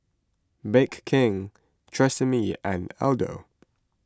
Bake King Tresemme and Aldo